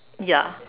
ya